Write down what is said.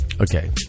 Okay